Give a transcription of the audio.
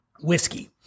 whiskey